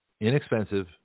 inexpensive